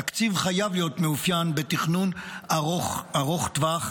התקציב חייב להיות מאופיין בתכנון ארוך טווח,